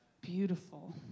beautiful